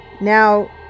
Now